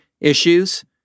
issues